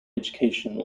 education